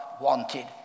wanted